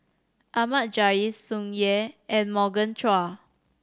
Ahmad Jais Tsung Yeh and Morgan Chua